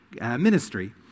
ministry